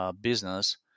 business